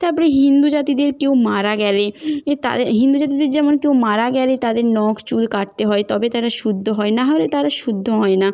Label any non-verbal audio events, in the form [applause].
তারপরে হিন্দু জাতিদের কেউ মারা গেলে [unintelligible] তাদের হিন্দু জাতিদের যেমন কেউ মারা গেলে তাদের নখ চুল কাটতে হয় তবে তারা শুদ্ধ হয় না হলে তারা শুদ্ধ হয় না